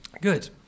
Good